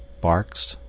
barks,